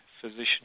physician